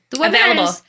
available